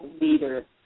leader